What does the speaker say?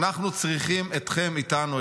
אנחנו צריכים אתכם איתנו,